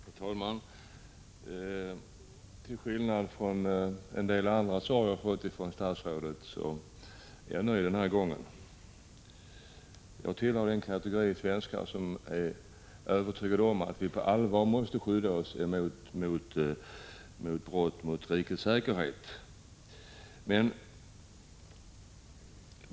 Herr talman! Till skillnad från vad som varit fallet när det gällt en del andra svar som jag har fått från statsrådet är jag nöjd den här gången. Jag tillhör den kategori svenskar som är övertygade om att vi på allvar måste skydda oss mot brott mot rikets säkerhet.